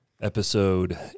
episode